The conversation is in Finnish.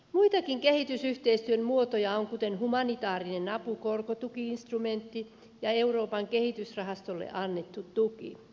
muitakin kehitysyhteistyön muotoja on kuten humanitaarinen apu korkotuki instrumentti ja euroopan kehitysrahastolle annettu tuki